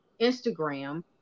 Instagram